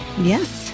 Yes